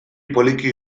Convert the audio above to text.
poliki